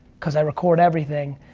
cause i record everything,